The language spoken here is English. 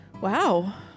Wow